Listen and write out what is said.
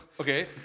Okay